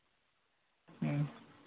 ᱦᱩᱸ